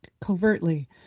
Covertly